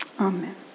Amen